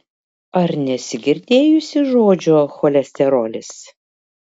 ar nesi girdėjusi žodžio cholesterolis